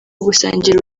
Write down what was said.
gusangira